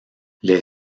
les